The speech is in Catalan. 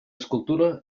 escultura